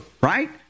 right